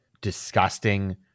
disgusting